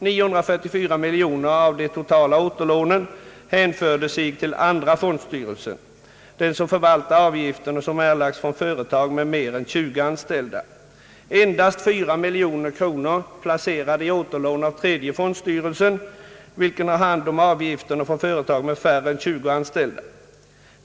944 miljoner kronor av de totala återlånen hänförde sig till andra fondstyrelsen, den som förvaltar avgifter erlagda av företag med mer än 20 anställda. Endast 4 miljoner kronor är placerade i återlån av tredje fondstyrelsen, vilken har hand om avgifterna från företag med färre än 20 anställda.